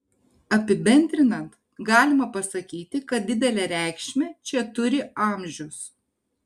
apibendrinant galima pasakyti kad didelę reikšmę čia turi amžius